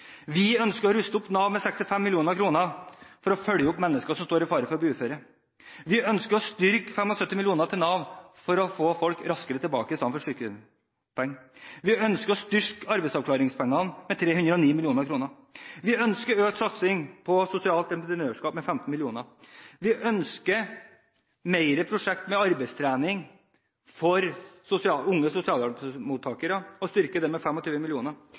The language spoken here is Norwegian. Vi ønsker å ruste opp Nav med 65 mill. kr for å følge opp mennesker som står i fare for å bli uføre. Vi ønsker å styrke Nav med 75 mill. kr for å få folk raskere tilbake i stedet for å gi dem sykepenger. Vi ønsker å øke arbeidsavklaringspengene med 309 mill. kr. Vi ønsker å øke satsingen på sosialt entreprenørskap med 15 mill. kr. Vi ønsker flere prosjekter med arbeidstrening for unge sosialhjelpsmottakere, og vi styrker det arbeidet med